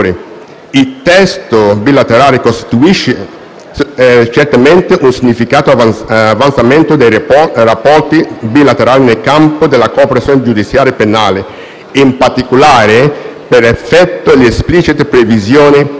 Il testo bilaterale costituisce certamente un significativo avanzamento dei rapporti bilaterali nel campo della cooperazione giudiziaria penale, in particolare per effetto dell'esplicita previsione